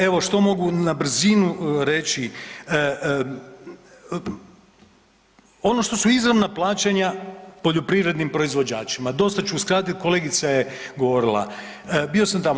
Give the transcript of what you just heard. Evo što mogu na brzinu reći, ono što su izravna plaćanja poljoprivrednim proizvođačima dosta ću skratiti kolegica je govorila, bio sam tamo.